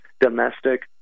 domestic